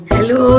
Hello